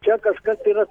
čia kažkas yra